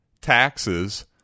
taxes